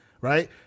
Right